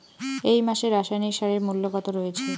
এই মাসে রাসায়নিক সারের মূল্য কত রয়েছে?